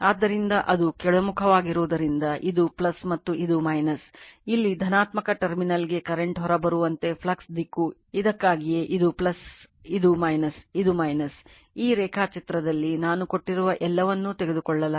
ಆದ್ದರಿಂದ ಅದು ಕೆಳಮುಖವಾಗಿರುವುದರಿಂದ ಇದು ಮತ್ತು ಇದು ಇಲ್ಲಿ ಧನಾತ್ಮಕ ಟರ್ಮಿನಲ್ಗೆ ಕರೆಂಟ್ ಹೊರಬರುವಂತೆ ಫ್ಲಕ್ಸ್ ದಿಕ್ಕೂ ಇದಕ್ಕಾಗಿಯೇ ಇದು ಇದು ಇದು ಈ ರೇಖಾಚಿತ್ರದಲ್ಲಿ ನಾನು ಕೊಟ್ಟಿರುವ ಎಲ್ಲವನ್ನೂ ತೆಗೆದುಕೊಳ್ಳಲಾಗಿದೆ